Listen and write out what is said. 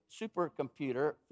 supercomputer